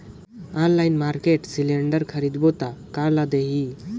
Online market cylinder खरीदबो ता कोन ला देही?